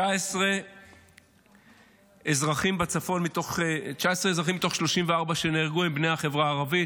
19 אזרחים מתוך 34 שנהרגו בצפון הם בני החברה הערבית,